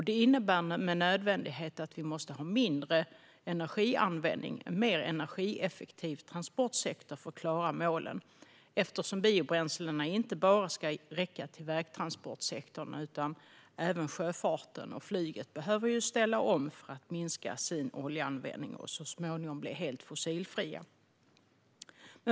Detta innebär med nödvändighet att vi måste ha mindre energianvändning och en mer energieffektiv transportsektor för att klara målen, eftersom biobränslena inte bara ska räcka till vägtransportsektorn. Även sjöfarten och flyget behöver ställa om för att minska sin oljeanvändning och så småningom bli helt fossilfria.